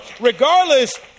regardless